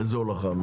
איזו הולכה?